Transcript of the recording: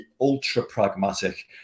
ultra-pragmatic